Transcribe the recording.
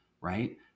right